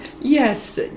yes